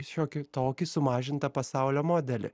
šiokį tokį sumažintą pasaulio modelį